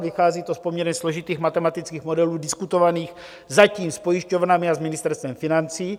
Vychází to z poměrně složitých matematických modelů diskutovaných zatím s pojišťovnami a s Ministerstvem financí.